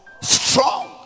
strong